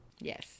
Yes